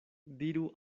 diru